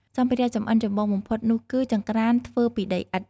សម្ភារៈចម្អិនចម្បងបំផុតនោះគឺ ចង្ក្រានធ្វើពីដីឥដ្ឋ។